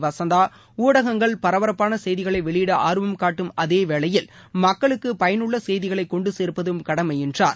வசந்தா ஊடகங்கள் பரபரப்பான செய்திகளை வெளியிட ஆர்வம் காட்டும் அதேவேளையில் மக்களுக்கு பயனுள்ள செய்திகளை கொண்டு சேர்ப்பதும் கடமை என்றார்